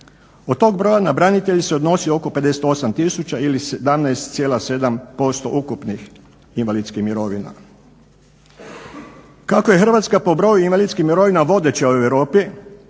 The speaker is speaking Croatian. Od toga broja na branitelje se odnosi oko 58 tisuća ili 17,7% ukupnih invalidskih mirovina. Kako je Hrvatska po broju invalidskih mirovina vodeća u Europi